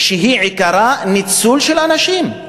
שעיקרה ניצול של אנשים,